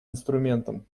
инструментом